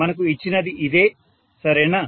మనకు ఇచ్చినది ఇదే సరేనా